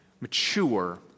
mature